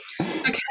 okay